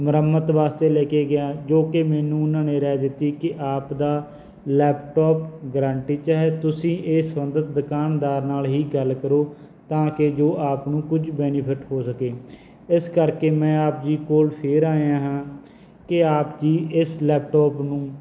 ਮੁਰੰਮਤ ਵਾਸਤੇ ਲੈ ਕੇ ਗਿਆ ਜੋ ਕਿ ਮੈਨੂੰ ਉਹਨਾਂ ਨੇ ਰਾਏ ਦਿੱਤੀ ਕਿ ਆਪ ਦਾ ਲੈਪਟਾਪ ਗਰੰਟੀ 'ਚ ਹੈ ਤੁਸੀਂ ਇਸ ਸੰਬੰਧਿਤ ਦੁਕਾਨਦਾਰ ਨਾਲ ਹੀ ਗੱਲ ਕਰੋ ਤਾਂ ਕਿ ਜੋ ਆਪ ਨੂੰ ਕੁਝ ਬੈਨੀਫਿਟ ਹੋ ਸਕੇ ਇਸ ਕਰਕੇ ਮੈਂ ਆਪ ਜੀ ਕੋਲ੍ਹ ਫਿਰ ਆਇਆ ਹਾਂ ਕਿ ਆਪ ਜੀ ਇਸ ਲੈਪਟੋਪ ਨੂੰ